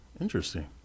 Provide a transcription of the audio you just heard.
Interesting